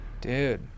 dude